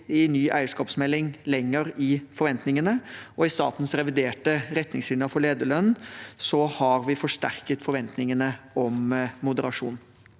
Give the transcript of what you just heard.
i ny eierskapsmelding lenger i forventningene, og i statens reviderte retningslinjer for lederlønn har vi forsterket forventningene om moderasjon.